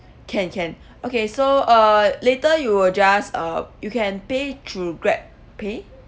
can can okay so uh later you will just uh you can pay through GrabPay